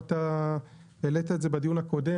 אתה העלית את זה גם בדיון הקודם,